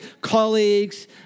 colleagues